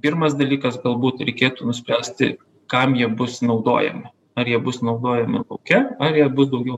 pirmas dalykas galbūt reikėtų nuspręsti kam jie bus naudojami ar jie bus naudojami lauke ar jie bus daugiau